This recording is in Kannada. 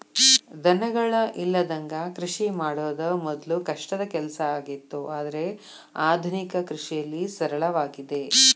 ದನಗಳ ಇಲ್ಲದಂಗ ಕೃಷಿ ಮಾಡುದ ಮೊದ್ಲು ಕಷ್ಟದ ಕೆಲಸ ಆಗಿತ್ತು ಆದ್ರೆ ಆದುನಿಕ ಕೃಷಿಯಲ್ಲಿ ಸರಳವಾಗಿದೆ